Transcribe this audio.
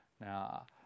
Now